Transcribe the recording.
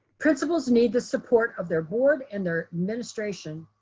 principals need the support of their board and their administration,